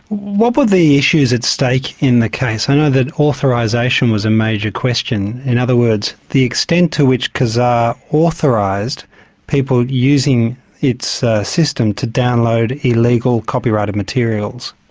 what were the issues at stake in the case? i know that authorisation was a major question. in other words, the extent to which kazaa authorised people using its system to download illegal copyrighted materials?